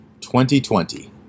2020